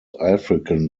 african